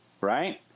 right